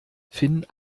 finn